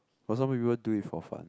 for some people do it for fun